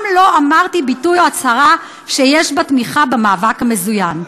לא אמרתי ביטוי או הצהרה שיש בה תמיכה במאבק מזוין.